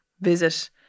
visit